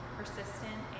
persistent